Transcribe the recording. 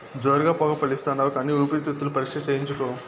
జోరుగా పొగ పిలిస్తాండావు కానీ ఊపిరితిత్తుల పరీక్ష చేయించుకో